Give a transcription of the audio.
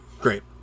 great